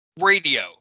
Radio